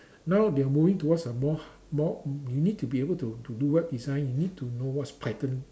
now they are moving towards a more more you need to be able to to do web design you need to know what's python